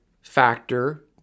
factor